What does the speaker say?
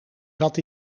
zat